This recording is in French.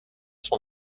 son